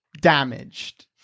damaged